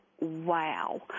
wow